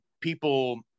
people